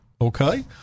okay